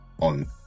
On